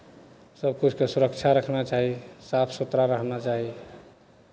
सभकिछुके सुरक्षा रखना चाही साफ सुथरा रहना चाही